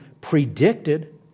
predicted